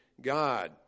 God